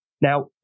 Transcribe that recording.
Now